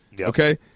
okay